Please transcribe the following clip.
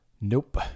Nope